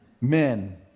men